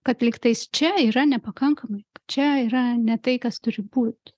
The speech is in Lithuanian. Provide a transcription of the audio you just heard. kad lygtais čia yra nepakankamai čia yra ne tai kas turi būt